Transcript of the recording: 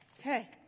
Okay